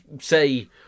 say